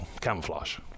camouflage